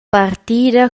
partida